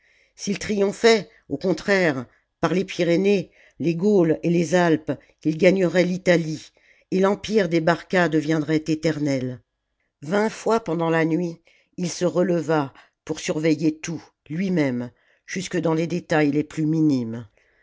s'il triomphait au contraire par les pyrénées les gaules et les alpes il gagnerait l'italie et l'empire des barca deviendrait éternel vingt fois pendant la nuit il se releva pour surveiller tout lui-même jusque dans les détails les plus minimes